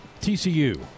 TCU